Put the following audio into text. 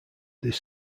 this